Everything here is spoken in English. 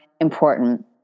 important